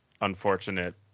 unfortunate